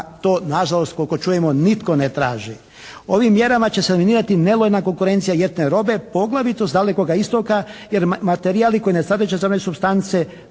to nažalost koliko čujemo nitko ne traži. Ovim mjerama će se sanirati nelojalna konkurencija ljetne robe, poglavito s Dalekoga istoka, jer materijali koji ne sadrže zabranjene supstance